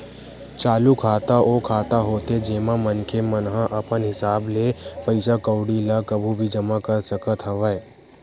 चालू खाता ओ खाता होथे जेमा मनखे मन ह अपन हिसाब ले पइसा कउड़ी ल कभू भी जमा कर सकत हवय